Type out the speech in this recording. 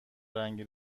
رنگی